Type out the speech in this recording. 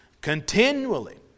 continually